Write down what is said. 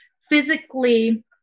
physically